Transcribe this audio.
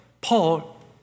Paul